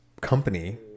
company